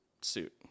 suit